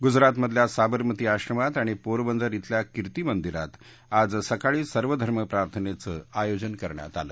गुजरातमधल्या साबरमती आश्रमात आणि पोरबंदर श्रेल्या किर्ती मंदिरात आज सकाळी सर्वधर्म प्रार्थनेचं आयोजन करण्यात आलं